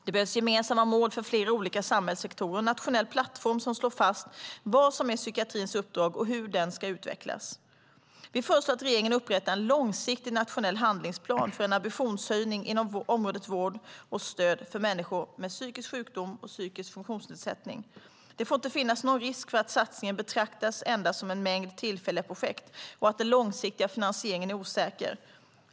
Det behövs gemensamma mål för flera olika samhällssektorer och en nationell plattform som slår fast vad som är psykiatrins uppdrag och hur den ska utvecklas. Vi föreslår att regeringen upprättar en långsiktig nationell handlingsplan för en ambitionshöjning inom området vård och stöd för människor med psykisk sjukdom och psykisk funktionsnedsättning. Det får inte finnas någon risk för att satsningen betraktas endast som en mängd tillfälliga projekt och att den långsiktiga finansieringen är osäker.